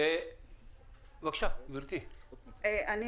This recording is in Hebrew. גברתי, בבקשה.